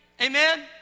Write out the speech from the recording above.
Amen